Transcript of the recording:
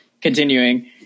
Continuing